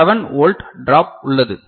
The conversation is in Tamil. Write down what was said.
7 வோல்ட் ட்ராப் உள்ளது